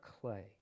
clay